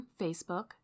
facebook